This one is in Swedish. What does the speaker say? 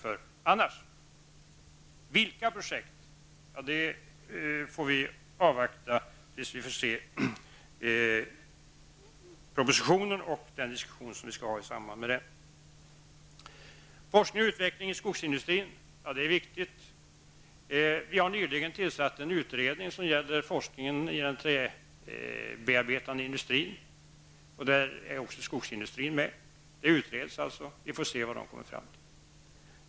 Att avgöra vilka projekt det blir fråga om får vi vänta med tills vi får se propositionen och har tagit del av den diskussion som skall föras i samband med den. Forskning och utveckling i skogindustrin är viktig. Vi har nyligen tillsatt en utredning som gäller forskningen inom den träbearbetande industrin, och där är också skogsindustrin med. Vi får se vad den utredningen kommer fram till.